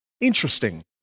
Interesting